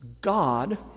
God